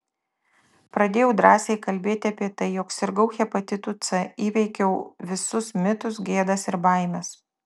pradėjau drąsiai kalbėti apie tai jog sirgau hepatitu c įveikiau visus mitus gėdas ir baimes